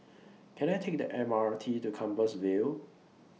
Can I Take The M R T to Compassvale